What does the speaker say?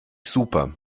super